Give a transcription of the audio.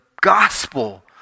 gospel